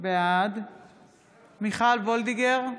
בעד מיכל וולדיגר,